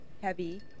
heavy